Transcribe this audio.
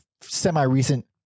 semi-recent